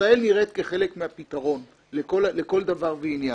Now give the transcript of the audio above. וישראל נראית כחלק מהפתרון לכל דבר ועניין.